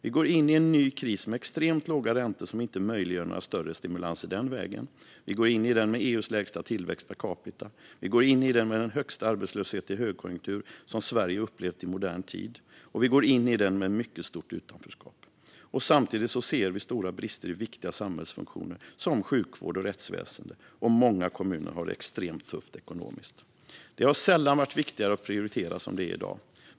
Vi går in i en ny kris med extremt låga räntor som inte möjliggör några större stimulanser den vägen, vi går in i den med EU:s lägsta tillväxt per capita, vi går in i den med den högsta arbetslöshet i högkonjunktur som Sverige upplevt i modern tid och vi går in i den med ett mycket stort utanförskap. Samtidigt ser vi stora brister i viktiga samhällsfunktioner som sjukvård och rättsväsen, och många kommuner har det extremt tufft ekonomiskt. Det har sällan varit viktigare att prioritera än det är i dag.